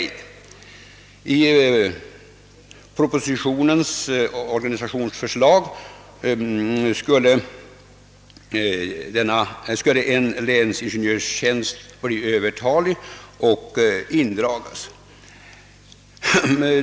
Enligt propositionens organisationsförslag skulle en länsingenjörstjänst bli övertalig och indragas.